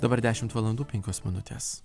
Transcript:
dabar dešimt valandų penkios minutės